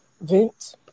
vent